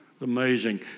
Amazing